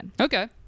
okay